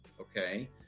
Okay